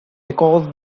because